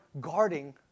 guarding